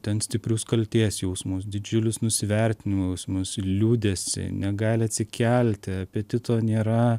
ten stiprius kaltės jausmus didžiulius nusivertinimo jausmus ir liūdesį negali atsikelti apetito nėra